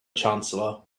chancellor